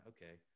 Okay